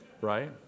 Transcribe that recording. right